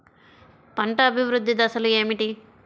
పంట అభివృద్ధి దశలు ఏమిటి?